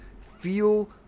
feel